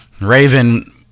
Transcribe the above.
raven